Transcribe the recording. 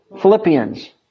Philippians